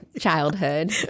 childhood